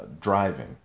driving